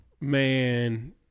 Man